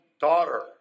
daughter